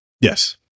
Yes